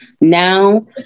now